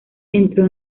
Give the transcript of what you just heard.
entró